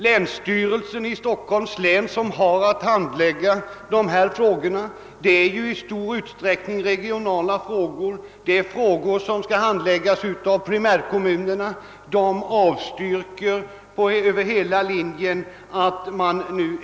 Länsstyrelsen i Stockholms län som har att handlägga dessa i stor utsträckning regionala frågor, vilka skall behandlas av primärkommunerna, avstyrker också bifall till motionerna.